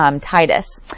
Titus